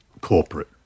corporate